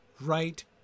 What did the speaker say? Right